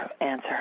answer